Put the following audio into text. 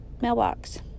mailbox